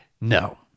No